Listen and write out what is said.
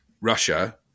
Russia